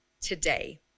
today